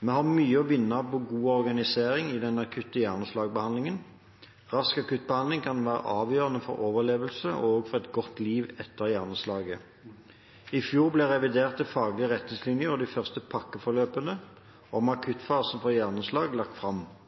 Vi har mye å vinne på god organisering i den akutte hjerneslagbehandlingen. Rask akuttbehandling kan være avgjørende for overlevelse og for et godt liv etter hjerneslaget. I fjor ble reviderte faglige retningslinjer og de første pakkeforløpene om akuttfasen for hjerneslag lagt fram.